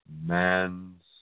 Man's